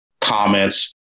Comments